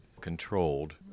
controlled